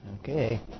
Okay